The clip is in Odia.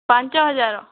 ପାଞ୍ଚ ହଜାର